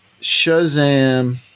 Shazam